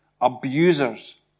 abusers